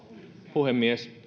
puhemies